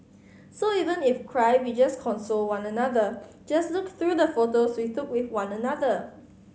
so even if cry we just console one another just look through the photos we took with one another